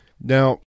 Now